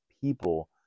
people